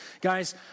guys